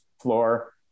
floor